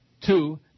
Two